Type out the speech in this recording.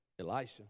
Elisha